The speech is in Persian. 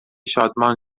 شادمان